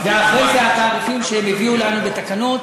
ואחרי זה התעריפים שהם הביאו לנו בתקנות,